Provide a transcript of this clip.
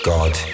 God